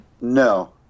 No